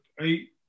eight